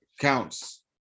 counts